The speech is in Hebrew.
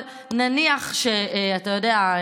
אבל נניח שאתה יודע,